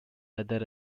weather